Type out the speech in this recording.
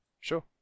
sure